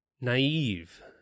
Naive